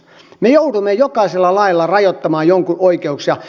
me joudumme jokaisella lailla rajoittamaan jonkun oikeuksia